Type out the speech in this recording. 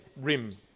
rim